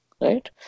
right